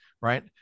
right